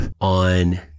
on